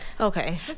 Okay